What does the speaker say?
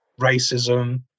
racism